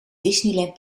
disneyland